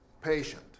patient